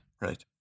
right